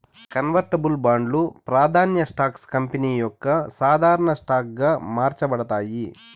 convertible బాండ్లు, ప్రాదాన్య stocks company యొక్క సాధారన స్టాక్ గా మార్చబడతాయి